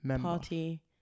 Party